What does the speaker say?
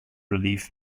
relief